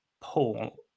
Paul